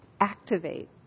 activate